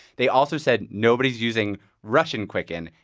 they also said nobody's using russian quicken.